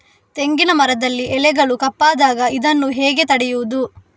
ತೆಂಗಿನ ಮರದಲ್ಲಿ ಎಲೆಗಳು ಕಪ್ಪಾದಾಗ ಇದನ್ನು ಹೇಗೆ ತಡೆಯುವುದು?